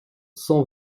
cent